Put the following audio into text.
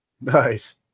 nice